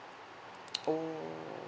oh